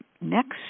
next